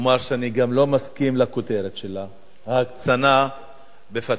לומר שאני לא מסכים לכותרת שלה, ההקצנה ב"פתח".